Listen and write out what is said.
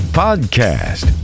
podcast